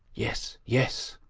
yes, yes,